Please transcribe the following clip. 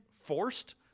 Forced